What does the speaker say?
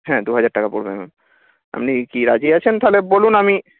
হ্যাঁ দু হাজার টাকা পড়বে ম্যাম আপনি কি রাজি আছেন তাহলে বলুন আমি